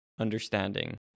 understanding